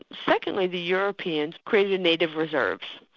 secondly the europeans created native reserves.